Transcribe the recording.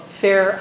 fair